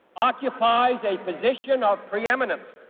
occupies a position ah of pre-eminence